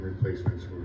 replacements